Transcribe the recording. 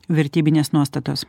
vertybinės nuostatos